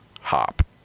hop